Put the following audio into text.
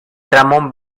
tramo